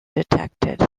detected